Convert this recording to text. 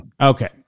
Okay